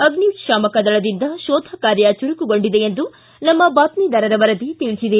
ಅಗ್ನಿತಾಮಕ ದಳದಿಂದ ಶೋಧ ಕಾರ್ಯ ಚುರುಕುಗೊಂಡಿದೆ ಎಂದು ನಮ್ಮ ಬಾತ್ನಿದಾರರ ವರದಿ ತಿಳಿಸಿದೆ